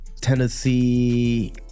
Tennessee